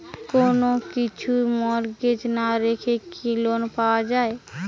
কোন কিছু মর্টগেজ না রেখে কি লোন পাওয়া য়ায়?